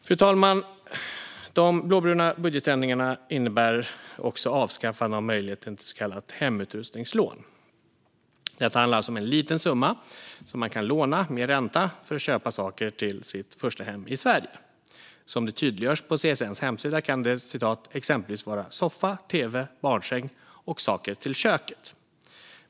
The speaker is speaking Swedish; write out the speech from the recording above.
Fru talman! De blåbruna budgetändringarna innebär också ett avskaffande av möjligheten till så kallat hemutrustningslån. Det handlar alltså om en liten summa som man kan låna, med ränta, för att köpa saker till sitt första hem i Sverige. Som tydliggörs på CSN:s hemsida kan det "exempelvis vara soffa, tv, barnsäng och saker till köket".